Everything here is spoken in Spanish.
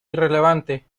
irrelevante